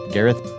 Gareth